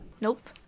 Nope